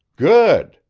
good!